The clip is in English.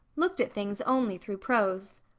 looked at things only through prose.